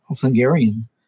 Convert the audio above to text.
Hungarian